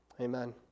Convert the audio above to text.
amen